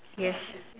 yes